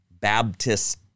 Baptist